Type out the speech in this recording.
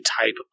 type